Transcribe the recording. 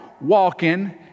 walking